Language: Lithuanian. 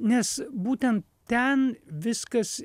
nes būtent ten viskas